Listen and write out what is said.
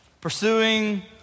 Pursuing